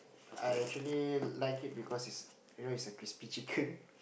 I actually like it because it's you know it's a crispy chicken